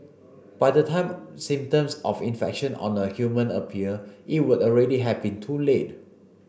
by the time symptoms of infection on a human appear it would already have been too late